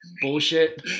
bullshit